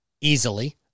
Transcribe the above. easily